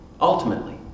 Ultimately